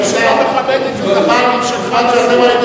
מי שלא מכבד את זה זה החברים שלך לסיעה.